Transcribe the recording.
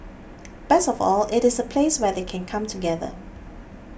best of all it is a place where they can come together